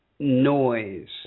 noise